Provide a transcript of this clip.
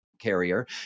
carrier